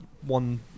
One